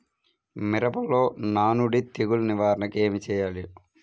మిరపలో నానుడి తెగులు నివారణకు ఏమి చేయాలి?